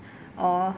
or